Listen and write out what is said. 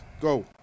Go